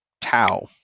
Tau